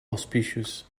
auspicious